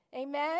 Amen